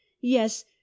yes